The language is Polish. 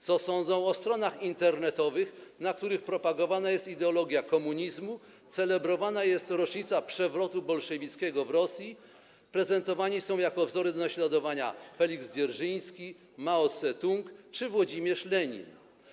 Co sądzą o stronach internetowych, na których propagowana jest ideologia komunizmu, celebrowana jest rocznica przewrotu bolszewickiego w Rosji, prezentowani są jako wzory do naśladowania Feliks Dzierżyński, Mao Tse-tung czy Włodzimierz Lenin?